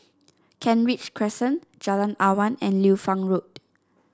Kent Ridge Crescent Jalan Awan and Liu Fang Road